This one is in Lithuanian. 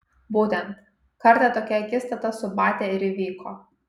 būtent kartą tokia akistata su batia ir įvyko